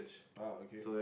oh okay